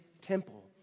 temple